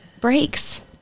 breaks